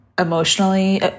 emotionally